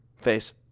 face